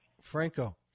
Franco